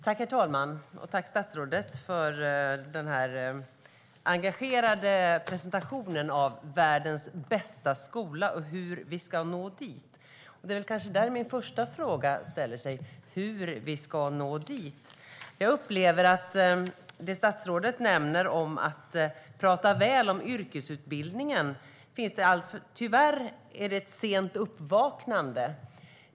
Herr talman! Tack, statsrådet, för den engagerade presentationen av världens bästa skola och hur vi ska nå dit. Det är där min första fråga inställer sig. Hur ska vi nå dit? Statsrådet talar väl om yrkesutbildningen. Tyvärr är det ett sent uppvaknande.